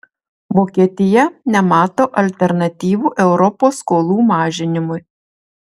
vokietija nemato alternatyvų europos skolų mažinimui